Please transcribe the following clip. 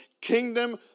kingdom